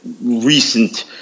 recent